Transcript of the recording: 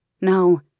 No